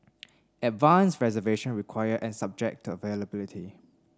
advanced reservation required and subject to availability